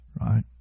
Right